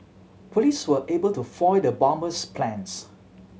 police were able to foil the bomber's plans